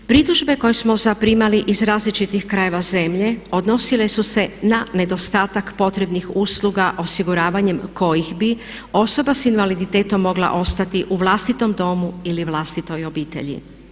Pritužbe koje smo zaprimali iz različitih krajeva zemlje odnosile su se na nedostatak potrebnih usluga osiguravanjem kojih bi osoba s invaliditetom mogla ostati u vlastitom domu ili vlastitoj obitelji.